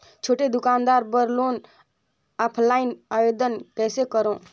छोटे दुकान बर लोन ऑफलाइन आवेदन कइसे करो?